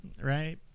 right